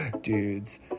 dudes